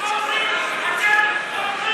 אתם,